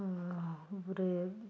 ஒரு